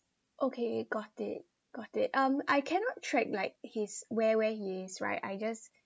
okay got it got it um I cannot track like his where where he is right I just